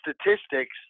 statistics